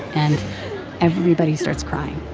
and everybody starts crying